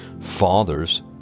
fathers